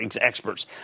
experts